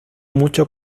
mucho